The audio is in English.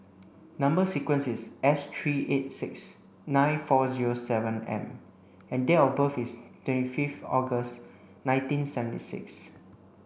number sequence is S three eight six nine four zero seven M and date of birth is twenty fifth August nineteen seventy six